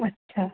अच्छा